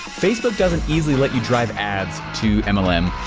facebook doesn't easily let you drive ads to um um